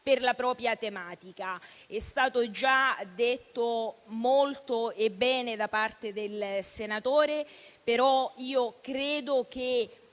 per la propria tematica. È stato già detto molto e bene da parte del senatore De Priamo, però credo